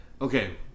okay